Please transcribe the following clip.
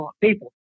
people